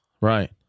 Right